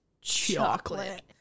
chocolate